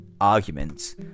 arguments